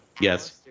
Yes